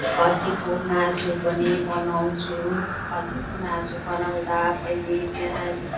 खसीको मासु पनि बनाउँछु खसीको मासु बनाउँदा पहिले प्याज